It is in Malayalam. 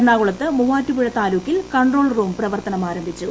എറണാകുളത്ത് മൂവാറ്റുപുഴ താലൂക്കിൽ കൺട്രോൾ റൂം പ്രവർത്തനമാരംഭിച്ചു